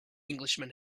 englishman